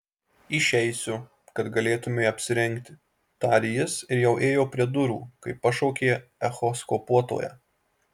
išeisiu kad galėtumei apsirengti tarė jis ir jau ėjo prie durų kai pašaukė echoskopuotoja